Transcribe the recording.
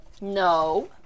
No